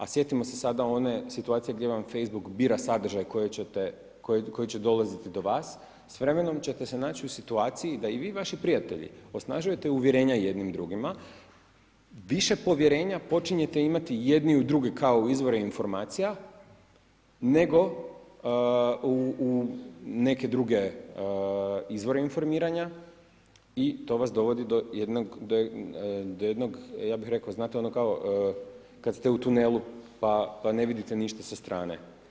A sjetimo se sada one situacije gdje vam je Facebook bira sadržaj koji će dolaziti do vas, s vremenom ćete se naći u situaciji da i vi i vaši prijatelji osnažujete uvjerenja jedni drugima, više povjerenja počinjete imati jedni u druge kao izvore informacija, nego u neke druge izvore informiranja i to vas dovodi do jednog, ja bih rekao, znate ono kao kad ste u tunelu pa ne vidite ništa sa strane.